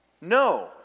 No